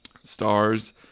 stars